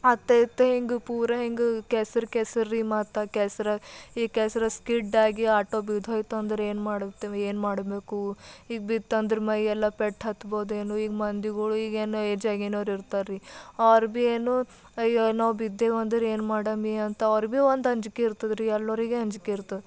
ಅತ್ತ ಇತ್ತ ಹಿಂಗೆ ಪೂರ ಹಿಂಗೆ ಕೆಸ್ರು ಕೆಸರು ರೀ ಮತ್ತು ಆ ಕೆಸ್ರು ಈ ಕೆಸ್ರು ಸ್ಕಿಡ್ಡಾಗಿ ಆಟೋ ಬಿದ್ದೋಯ್ತು ಅಂದ್ರೆ ಏನು ಮಾಡುತ್ತೇವೆ ಏನು ಮಾಡಬೇಕು ಈಗ ಬಿತ್ತು ಅಂದ್ರೆ ಮೈಯೆಲ್ಲ ಪೆಟ್ಟು ಹತ್ಬೋದೇನೋ ಈಗ ಮಂದಿಗಳು ಈಗೇನು ಏಜ್ ಆಗಿದ್ದೋರ್ ಇರ್ತಾರೆ ರೀ ಅವ್ರು ಬಿ ಏನು ಅಯ್ಯೋ ನಾವು ಬಿದ್ದೆವು ಅಂದ್ರೆ ಏನು ಮಾಡಮಿ ಅಂತ ಅವ್ರು ಬಿ ಒಂದು ಅಂಜಿಕೆ ಇರ್ತದೆ ರೀ ಎಲ್ಲರಿಗೆ ಅಂಜಿಕೆ ಇರ್ತದೆ